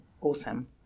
awesome